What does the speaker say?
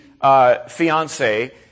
fiance